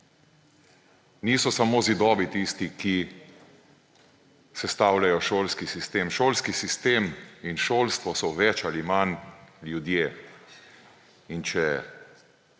Niso samo zidovi tisti, ki sestavljajo šolski sistem. Šolski sistem in šolstvo so več ali manj ljudje, in če